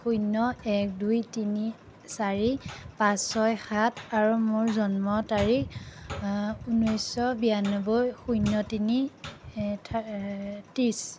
শূন্য এক দুই তিনি চাৰি পাঁচ ছয় সাত আৰু মোৰ জন্ম তাৰিখ ঊনৈশ বিৰানব্বৈ শূন্য তিনি ত্ৰিছ